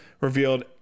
revealed